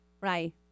Right